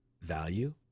value